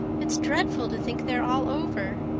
it's dreadful to think they're all over.